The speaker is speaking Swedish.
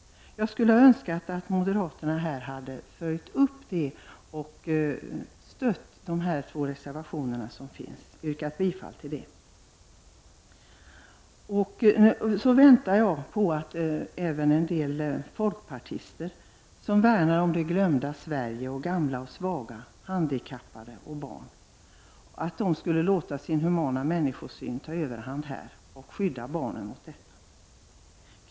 Jag hade önskat att moderaterna nu följt upp detta och gett sitt stöd för dessa två reservationer där detta tas upp. Jag yrkar bifall till reservationerna. Jag väntar även på att en del folkpartister — som värnar om det glömda Sverige, gamla, svaga, handikappade och barn — skall låta sin humana människosyn ta överhand i detta sammanhang och skydda barnen mot detta.